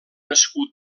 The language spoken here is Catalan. escut